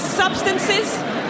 substances